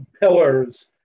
pillars